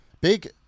Big